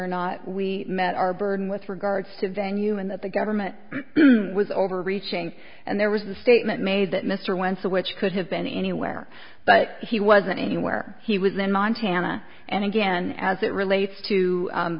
or not we met our burden with regards to venue and that the government was overreaching and there was the statement made that mr went so which could have been anywhere but he wasn't anywhere he was in montana and again as it relates to